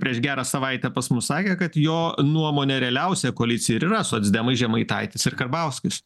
prieš gerą savaitę pas mus sakė kad jo nuomone realiausia koalicija ir yra socdemai žemaitaitis ir karbauskis